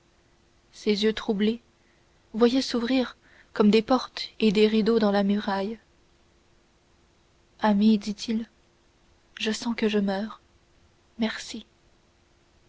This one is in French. ses yeux troublés voyaient s'ouvrir comme des portes et des rideaux dans la muraille ami dit-il je sens que je meurs merci